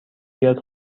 بیاد